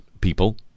people